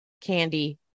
Candy